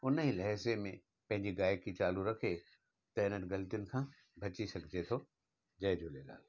उन ई लहिजे में पैंजी गायकी चालू रखे त हिननि ग़लतियुनि खां बची सघिजे थो जय झूलेलाल